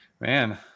Man